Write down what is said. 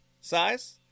size